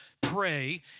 pray